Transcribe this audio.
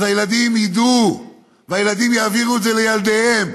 אז הילדים ידעו והילדים יעבירו את זה לילדיהם.